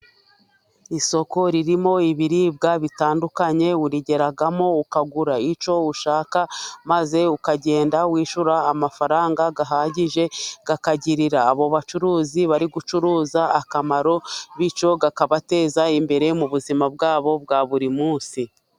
Isoko ririmo ibiribwa bitandukanye, urigeramo ukagura icyo ushaka maze ukagenda wishyura amafaranga ahagije akagirira abo bacuruzi bari gucuruza akamaro, bityo akabateza imbere mu buzima bwabo bwa buri munsi.